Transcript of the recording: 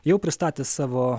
jau pristatė savo